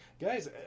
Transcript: guys